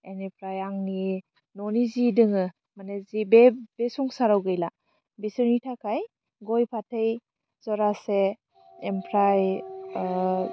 एनिफ्राय आंनि ननि जि दङो मानि जे बे बे संसाराव गैला बिसोरनि थाखाय गय फाथै जरासे एमफ्राय